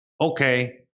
Okay